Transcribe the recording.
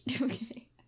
Okay